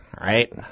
right